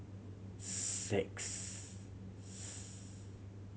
six